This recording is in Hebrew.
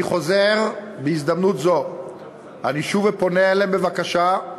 אני חוזר, בהזדמנות זו אני שב ופונה אליהם בבקשה,